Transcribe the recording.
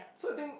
so I think